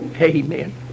Amen